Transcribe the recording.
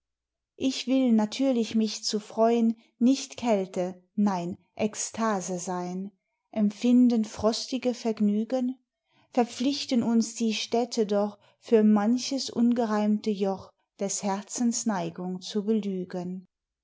ich will natürlich mich zu freun nicht kälte nein ekstase sein empfinden frostige vergnügen verpflichten uns die städte doch für manches ungereimte joch des herzens neigung zu belügen